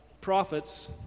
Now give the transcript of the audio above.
prophets